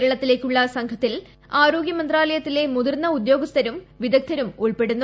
കേരളത്തിലേക്കുളള സംഘത്തിൽ ആരോഗ്യ മന്ത്രാലയത്തിലെ മുതിർന്ന ഉദ്യോഗസ്ഥരും വിദഗ്ധരും ഉൾപ്പെടുന്നു